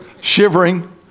shivering